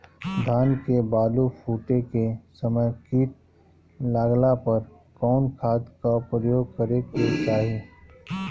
धान के बाली फूटे के समय कीट लागला पर कउन खाद क प्रयोग करे के चाही?